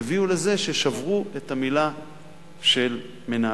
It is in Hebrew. הביאו לזה ששברו את המלה של מנהלים.